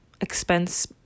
expense